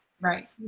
Right